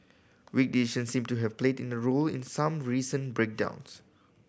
weak design seems to have played a role in some recent breakdowns